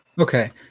okay